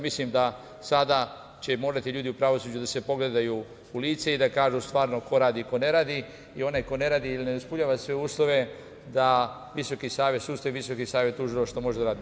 Mislim da će sada morati ljudi u pravosuđu da se pogledaju u lice i da kažu stvarno ko radi i ko ne radi i onaj ko ne radi ili ne ispunjava sve uslove da Visoki savet sudstva i Visoki savet tužilaštva može da radi.